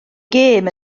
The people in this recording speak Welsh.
gêm